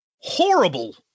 horrible